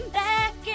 back